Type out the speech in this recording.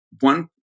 one